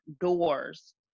doors